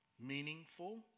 meaningful